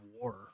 war